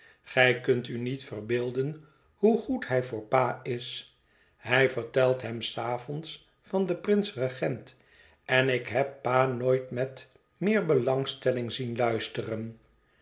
gij kunt u niet verbeelden hoe goed hij voor pa is hij vertelt hem des avonds van den prins regent en ik heb pa nooit met meer belangstelling zien luisteren